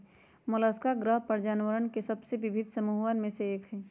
Mollusca ग्रह पर जानवरवन के सबसे विविध समूहन में से एक हई